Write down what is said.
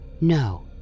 No